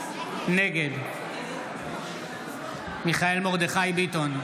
נגד מיכאל מרדכי ביטון,